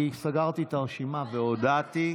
סגרתי את הרשימה והודעתי.